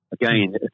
Again